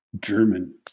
German